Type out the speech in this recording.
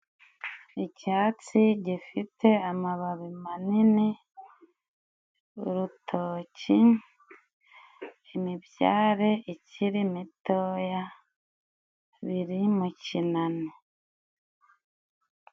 Icyatsi gifite amababi manini, urutoki, imibyare, ikiri mitoya biri mu kinani.